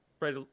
right